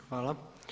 Hvala.